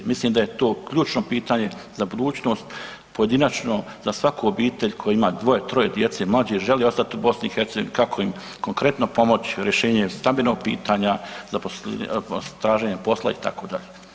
Mislim da je to ključno pitanje za budućnost, pojedinačno za svaku obitelj koja ima dvoje, troje djece, mlađe, žele ostat u BiH-u, kako im konkretno pomoć, rješenje stambenog pitanja, traženje posla itd.